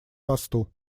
посту